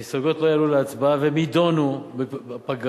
ההסתייגויות לא יועלו להצבעה, והן יידונו בפגרה,